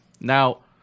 Now